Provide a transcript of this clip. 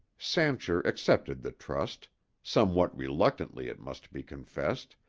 sancher accepted the trust somewhat reluctantly it must be confessed,